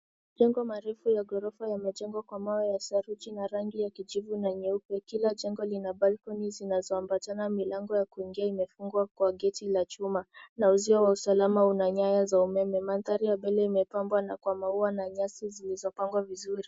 Majengo marefu ya gorofa yamejengwa kwa mawe ya saruji, na rangi ya kijivu na nyeupe. Kila jengo lina balcony zinazo ambatana. Milango ya kuingia imefungwa kwa geti la chuma na uzo wa usalama una nyaya za umeme manthari ya mbele imepangwa na kwa maua na nyasi zilizopangwa vizuri.